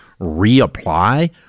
reapply